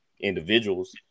individuals